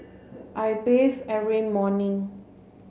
I bathe every morning